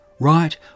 Right